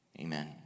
amen